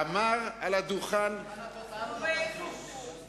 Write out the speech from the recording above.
אמר מעל הדוכן, במבחן התוצאה הוא לא נתן כלום.